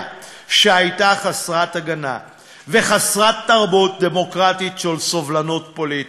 שהייתה חסרת הגנה וחסרת תרבות דמוקרטית של סובלנות פוליטית.